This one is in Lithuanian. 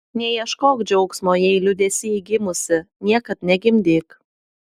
neieškok džiaugsmo jei liūdesy gimusi niekad negimdyk